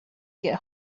get